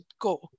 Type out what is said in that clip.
go